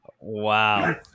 Wow